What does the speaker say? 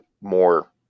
more